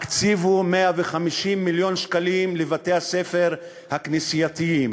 הקציבו 150 מיליון שקלים לבתי-הספר הכנסייתיים.